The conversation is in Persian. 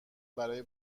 برای